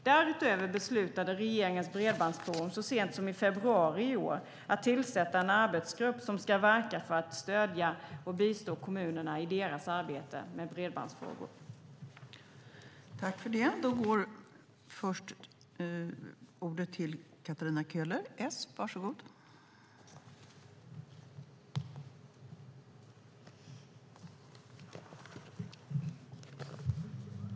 Därutöver beslutade regeringens Bredbandsforum så sent som i februari i år att tillsätta en arbetsgrupp som ska verka för att stödja och bistå kommunerna i deras arbete med bredbandsfrågor. Då Isak From, som framställt en av interpellationerna, anmält att han var förhindrad att närvara vid sammanträdet medgav förste vice talmannen att Katarina Köhler i stället fick delta i överläggningen.